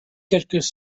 quelques